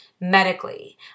medically